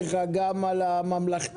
תודה לך גם על הממלכתיות.